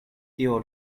tio